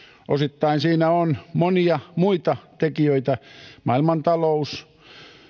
osittain siinä on monia muita tekijöitä maailmanta lous